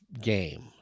game